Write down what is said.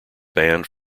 banned